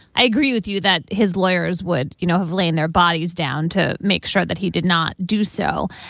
i agree with you that his lawyers would you know have laid their bodies down to make sure that he did not do so.